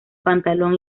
pantalón